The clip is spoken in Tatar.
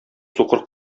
сукыр